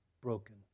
broken